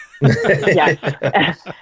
Yes